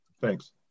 Thanks